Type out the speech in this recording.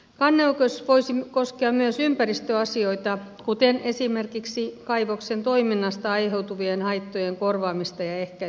kanneoikeus voisi koskea myös ympäristöasioita kuten esimerkiksi kaivoksen toiminnasta aiheutuvien haittojen korvaamista ja ehkäisemistä